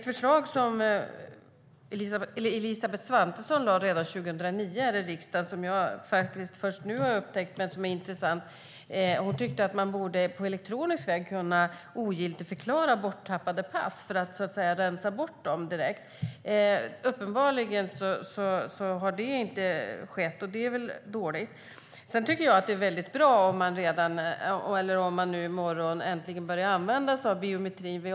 Elisabeth Svantesson lade redan 2009 fram ett intressant förslag i riksdagen, men jag har först upptäckt det nu. Hon tyckte att man på elektronisk väg borde kunna ogiltigförklara borttappade pass för att direkt rensa bort dem. Uppenbarligen har det inte skett, vilket är dåligt. Det är bra att Arlanda äntligen börjar använda biometri.